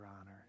honor